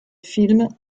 film